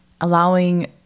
allowing